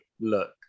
look